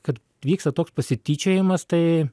kad vyksta toks pasityčiojimas tai